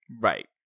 Right